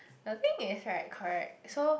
the thing is right correct so